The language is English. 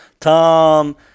Tom